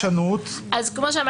הוא קצת נתון לפרשנות.